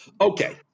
Okay